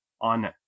on